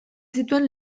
zituen